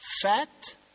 Fat